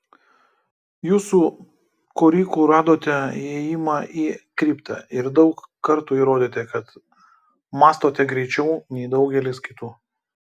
jūs su koriku radote įėjimą į kriptą ir daug kartų įrodėte kad mąstote greičiau nei daugelis kitų